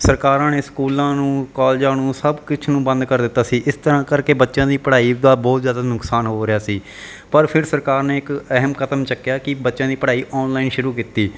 ਸਰਕਾਰਾਂ ਨੇ ਸਕੂਲਾਂ ਨੂੰ ਕੋਲਜਾਂ ਨੂੰ ਸਭ ਕੁਛ ਨੂੰ ਬੰਦ ਕਰ ਦਿੱਤਾ ਸੀ ਇਸ ਤਰ੍ਹਾਂ ਕਰਕੇ ਬੱਚਿਆਂ ਦੀ ਪੜ੍ਹਾਈ ਦਾ ਬਹੁਤ ਜ਼ਿਆਦਾ ਨੁਕਸਾਨ ਹੋ ਰਿਹਾ ਸੀ ਪਰ ਫਿਰ ਸਰਕਾਰ ਨੇ ਇੱਕ ਅਹਿਮ ਕਦਮ ਚੱਕਿਆ ਕਿ ਬੱਚਿਆਂ ਦੀ ਪੜ੍ਹਾਈ ਔਨਲਾਈਨ ਸ਼ੁਰੂ ਕੀਤੀ